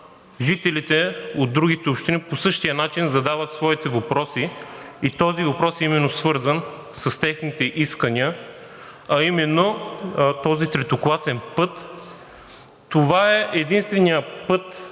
жителите от другите общини по същия начин задават своите въпроси. Този въпрос е свързан именно с техните искания, а този третокласен път е единственият път,